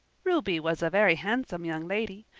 ruby was a very handsome young lady,